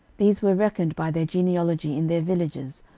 these were reckoned by their genealogy in their villages,